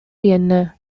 என்ன